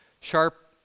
sharp